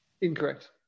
Incorrect